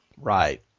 Right